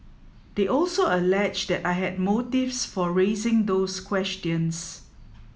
they also alleged that I had motives for raising those questions